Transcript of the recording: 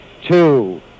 two